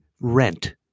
rent